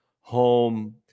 home